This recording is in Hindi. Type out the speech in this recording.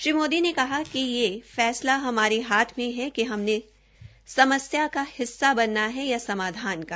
श्री मोदी ने कहा कि यह फैसला हमारे हाथ में है कि हमने समस्रा का हिस्सा बनना है या समाधान का